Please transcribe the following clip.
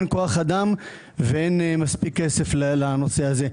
אין כוח אדם אין מספיק כסף לנושא הזה.